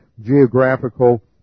geographical